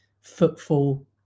footfall